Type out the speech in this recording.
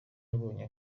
yabonye